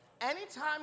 Anytime